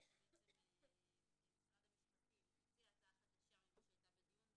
שמשרד המשפטים הציע הצעה חדשה ממה שהיתה בדיון,